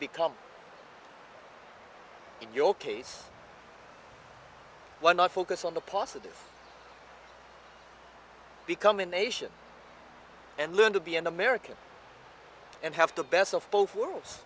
become in your case why not focus on the positive become a nation and learn to be an american and have the best of both worlds